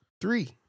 Three